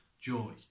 joy